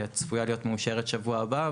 שצפויה להיות מאושרת בשבוע הבא,